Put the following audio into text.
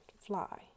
Fly